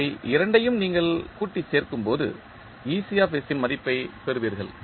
இவை இரண்டையும் நீங்கள் கூட்டி சேர்க்கும்போது மதிப்பைப் பெறுவீர்கள்